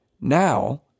Now